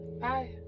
bye